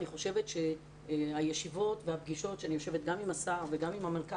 אני חושבת שהישיבות והפגישות ואני יושבת גם עם השר וגם עם המנכ"ל